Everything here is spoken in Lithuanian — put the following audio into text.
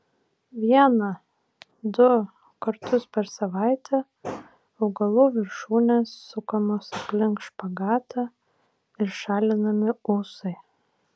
vieną du kartus per savaitę augalų viršūnės sukamos aplink špagatą ir šalinami ūsai